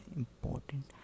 important